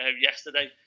yesterday